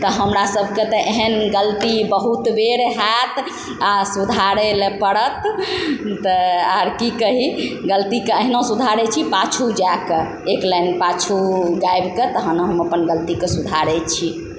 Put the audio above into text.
तऽ हमरा सबके तऽ एहन गलती बहुत बेर हैत आओर सुधारय लए पड़त तऽ आओर की कही गलतीके अहिना सुधारय छी पाछू जाकऽ एक लाइन पाछू गाबिके तहन हम अपन गलतीके सुधारै छी